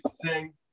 sing